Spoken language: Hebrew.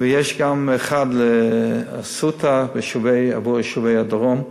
יש גם אחד ל"אסותא" עבור יישובי הדרום,